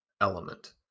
element